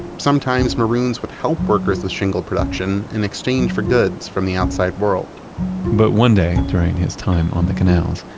sometimes, maroons would help workers with shingle production in exchange for goods from the outside world but one day during his time on the canals,